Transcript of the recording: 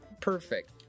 perfect